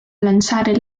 lanciare